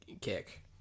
kick